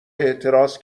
اعتراض